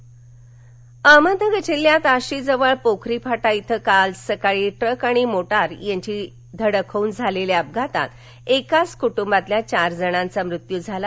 अपघात अहमदनगर जिल्ह्यात आष्टीजवळ पोखरी फाटा इथं काल सकाळी ट्रक आणि मोटार यांची धडक होऊन झालेल्या अपघातात एकाच कुटुंबातल्या चार जणांचा मृत्यू झाला